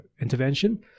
intervention